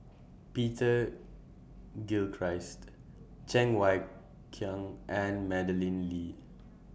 Peter Gilchrist Cheng Wai Keung and Madeleine Lee